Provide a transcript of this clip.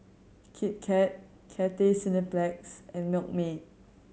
Kit Kat Cathay Cineplex and Milkmaid